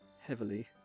heavily